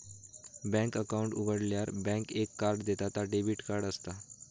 bank account उघाडल्यार bank एक card देता ता डेबिट कार्ड असता